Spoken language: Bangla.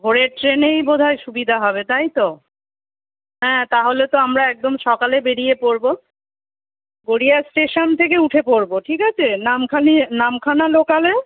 ভোরের ট্রেনেই বোধহয় সুবিধা হবে তাই তো হ্যাঁ তাহলে তো আমরা একদম সকালে বেরিয়ে পড়বো গড়িয়া স্টেশান থেকে উঠে পড়বো ঠিক আছে নাম খালি নামখানা লোকালে